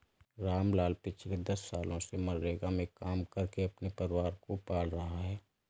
रामलाल पिछले दस सालों से मनरेगा में काम करके अपने परिवार को पाल रहा है